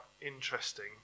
interesting